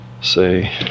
say